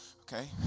okay